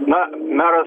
na meras